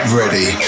ready